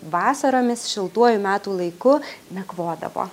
vasaromis šiltuoju metų laiku nakvodavo